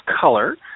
color